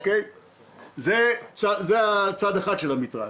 זה צד אחד של המתרס.